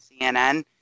CNN